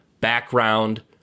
background